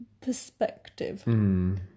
perspective